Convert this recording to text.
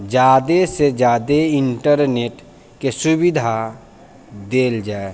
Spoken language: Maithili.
ज्यादेसँ ज्यादे इन्टरनेटके सुविधा देल जाइ